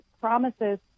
promises